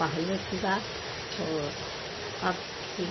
पहले की बात और अब कि